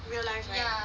real life right